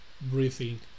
breathing